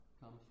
comes